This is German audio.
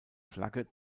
flagge